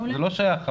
זה לא שייך,